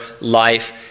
life